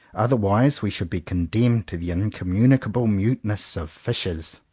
otherwise we should be condemned to the incommuni cable muteness of fishes.